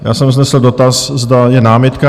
Já jsem vznesl dotaz, zda je námitka.